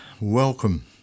welcome